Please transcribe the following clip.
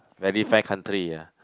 very fair country ah